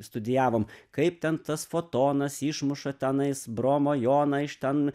studijavom kaip ten tas fotonas išmuša tenais bromo joną iš ten